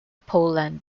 poland